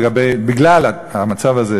בגלל המצב הזה,